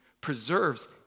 preserves